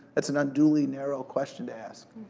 it's an unduly narrow question to ask.